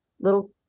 little